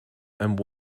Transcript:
and